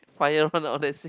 fire one ah that's it